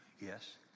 Yes